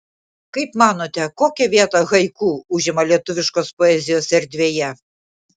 kaip manote kokią vietą haiku užima lietuviškos poezijos erdvėje